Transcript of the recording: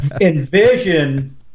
envision